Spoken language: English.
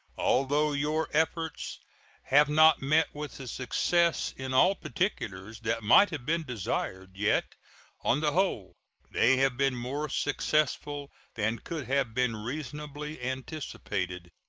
although your efforts have not met with the success in all particulars that might have been desired, yet on the whole they have been more successful than could have been reasonably anticipated.